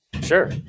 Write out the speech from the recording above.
sure